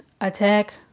attack